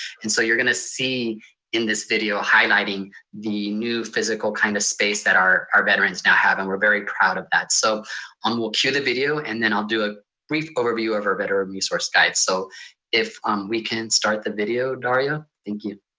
and so you're going to see in this video highlighting the new physical kind of space that our our veterans now have and we're very proud of that. so um we'll cue the video and then i'll do a brief overview of our veteran resource guide. so if we can start the video, dario, thank you.